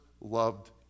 loved